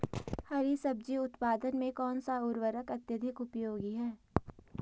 हरी सब्जी उत्पादन में कौन सा उर्वरक अत्यधिक उपयोगी है?